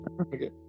okay